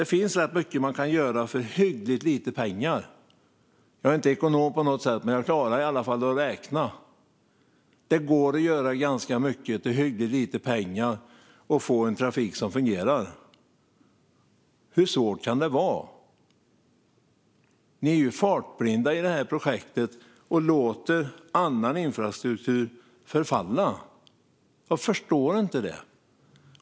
Det finns rätt mycket man kan göra för hyggligt lite pengar. Jag är inte ekonom, men jag klarar i alla fall att räkna. Det går att göra ganska mycket för hyggligt lite pengar och få en trafik som fungerar. Hur svårt kan det vara? Ni är ju fartblinda i detta projekt och låter annan infrastruktur förfalla. Jag förstår inte det.